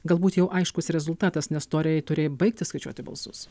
galbūt jau aiškus rezultatas nes toriai turėjo baigti skaičiuoti balsus